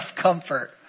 comfort